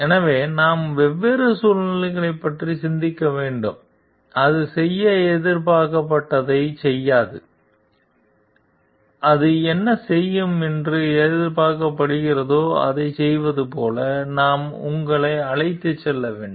எனவே நாம் வெவ்வேறு சூழ்நிலைகளைப் பற்றி சிந்திக்க வேண்டும் அது செய்ய எதிர்பார்க்கப்படாததைச் செய்யாது அது என்ன செய்யும் என்று எதிர்பார்க்கப்படுகிறதோ அதைச் செய்வது போல நாம் உங்களை அழைத்துச் செல்ல வேண்டும்